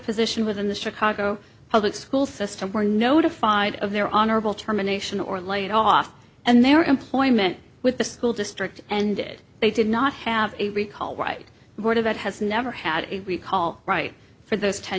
position within the chicago public school system were notified of their honorable terminations or laid off and their employment with the school district ended they did not have a recall white board of ed has never had a recall right for those ten